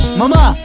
mama